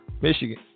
Michigan